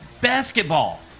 basketball